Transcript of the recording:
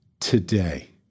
Today